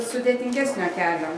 sudėtingesnio kelio